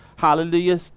Hallelujah